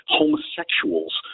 homosexuals